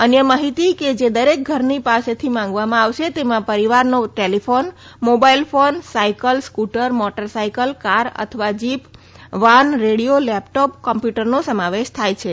અન્ય માહિતી કે જે દરેક ઘરની પાસેથી માંગવામાં આવશે તેમાં પરિવારનો telephone mobile phone cycle scooter motorcycle car અથવા જીપ વાન રેડિયો લેપટોપ કોમ્પ્યુટરનો સમાવેશ થાય છે